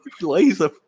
Laser